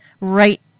right